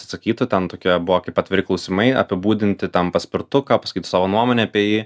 atsakytų ten tokie buvo kaip atviri klausimai apibūdinti ten paspirtuką pasakyt savo nuomonę apie jį